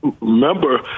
Remember